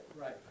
Right